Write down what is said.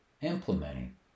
implementing